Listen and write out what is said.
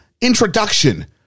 introduction